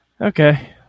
Okay